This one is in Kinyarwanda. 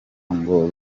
ngo